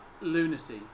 Lunacy